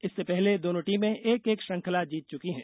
इससे पहले दोनों टीमें एक एक श्रृंखला जीत चुकी हैं